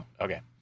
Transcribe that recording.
okay